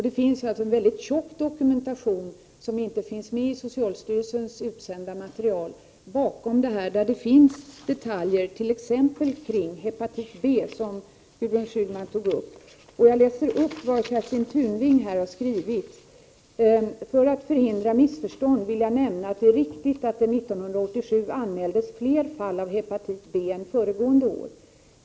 Det finns alltså en tjock dokumentation, som inte är med i socialstyrelsens utsända material, där det redovisas detaljer t.ex. om hepatit B, som Gudrun Schyman tog upp. Jag läser upp vad Kerstin Tunving har skrivit: ”För att förhindra missförstånd vill jag nämna att det är riktigt att det 1987 anmäldes fler fall av hepatit B än föregående år.